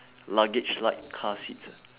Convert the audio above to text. luggage like car seats ah